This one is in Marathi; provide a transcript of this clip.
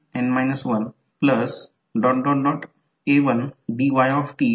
जर एखादा करंट डॉटमध्ये प्रवेश करत असेल आणि करंट डॉट पासून दूर जात असेल तर ते निगेटिव्ह चिन्ह असेल